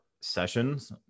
sessions